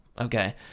okay